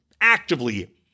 actively